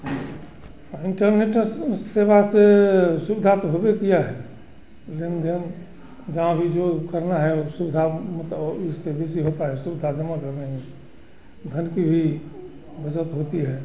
हांजी इंटरनेट सेवा से सुविधा तो होबे किया है लेकिन जउन जहाँ भी जो करना है ओ सुविधा मतलब इससे भी ईज़ी होता है सुविधा जमा करने में धन की भी बचत होती है